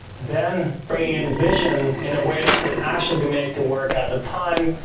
then, bringing in vision in a way that could actually be made to work at the time.